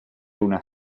una